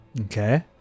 Okay